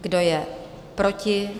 Kdo je proti?